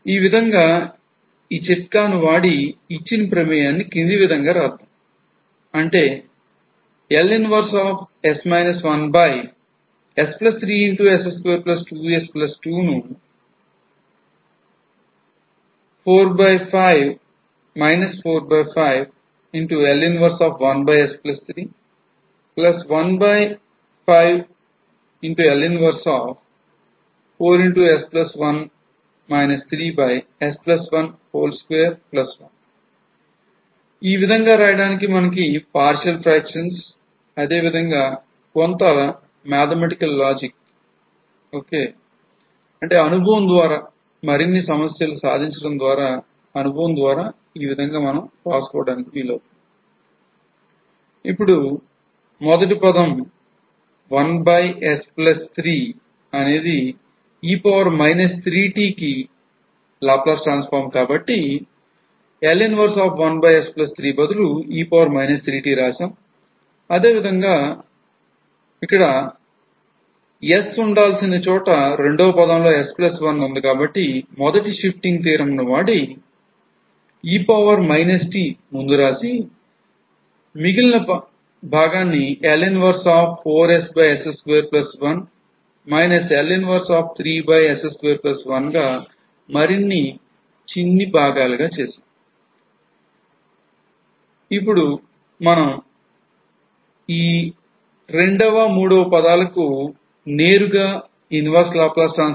ఆ విధంగా ఈ చిట్కాను వాడి ఇచ్చిన ప్రమేయాన్ని ఈ క్రింది విధంగా వ్రాద్దాం